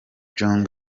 jong